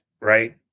right